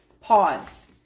Pause